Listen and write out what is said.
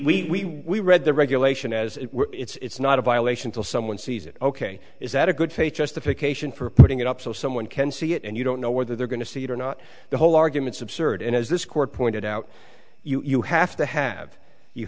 because we read the regulation as if it's not a violation till someone sees it ok is that a good faith justification for putting it up so someone can see it and you don't know whether they're going to see it or not the whole arguments absurd and as this court pointed out you have to have you